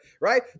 right